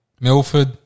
Milford